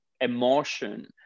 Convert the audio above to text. emotion